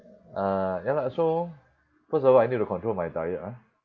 uh ya lah so first of all I need to control my diet lah